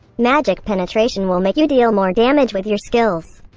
magic penetration will make you deal more damage with your skills.